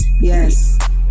Yes